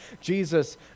Jesus